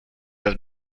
los